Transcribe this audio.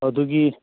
ꯑꯗꯨꯒꯤ